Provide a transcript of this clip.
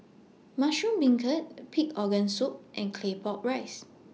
Mushroom Beancurd Pig Organ Soup and Claypot Rice